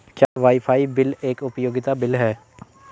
क्या wifi bill एक उपयोगिता बिल है?